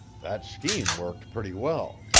that scheme worked pretty well.